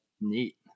neat